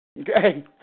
Okay